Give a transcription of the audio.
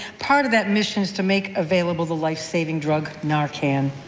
part of that mission is to make available the life-saving drug narcan.